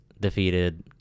defeated